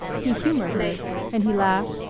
he humored her and he laughed,